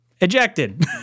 ejected